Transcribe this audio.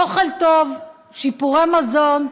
אוכל טוב, שיפורי מזון.